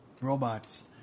robots